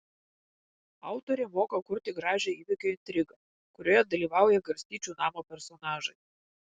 autorė moka kurti gražią įvykio intrigą kurioje dalyvauja garstyčių namo personažai